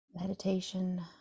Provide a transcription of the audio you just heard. meditation